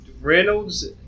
Reynolds